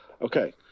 Okay